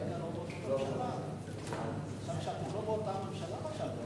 אתם לא באותה ממשלה?